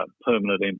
Permanent